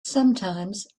sometimes